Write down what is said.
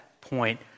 point